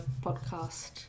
podcast